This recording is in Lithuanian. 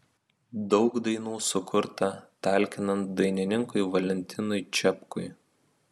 daug dainų sukurta talkinant dainininkui valentinui čepkui